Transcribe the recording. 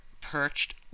perched